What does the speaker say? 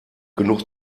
genug